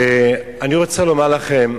ואני רוצה לומר לכם,